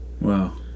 Wow